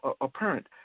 apparent